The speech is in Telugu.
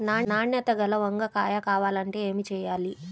నాణ్యత గల వంగ కాయ కావాలంటే ఏమి చెయ్యాలి?